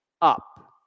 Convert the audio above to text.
up